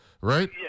right